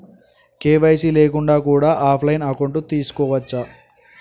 KYC లేకుండా కూడా offline account తీసుకోవచ్చా?